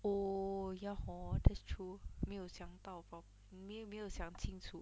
oh ya hor that's true 没有想到 prop~ 没有没有想清楚